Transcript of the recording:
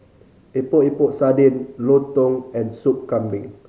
Epok Epok Sardin lontong and Soup Kambing